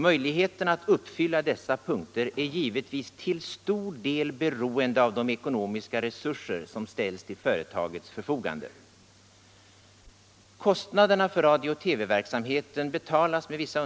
Möjligheterna att uppfylla dessa punkter är givetvis till stor del beroende av de ekonomiska resurser som ställs till företagets förfogande.